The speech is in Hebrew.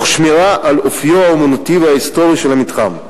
תוך שמירה על אופיו האמנותי וההיסטורי של המתחם.